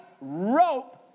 rope